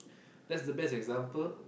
that's the best example